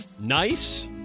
Nice